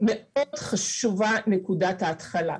מאוד חשובה נקודת ההתחלה.